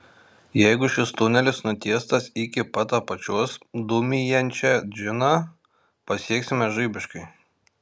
jeigu šis tunelis nutiestas iki pat apačios dūmijančią džiną pasieksime žaibiškai